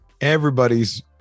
everybody's